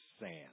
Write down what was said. sand